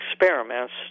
experiments